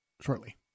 shortly